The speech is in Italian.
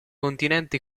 continenti